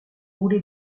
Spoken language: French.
rouler